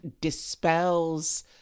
dispels